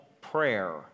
prayer